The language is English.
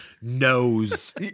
knows